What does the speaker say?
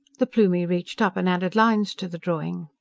the plumie reached up and added lines to the drawing.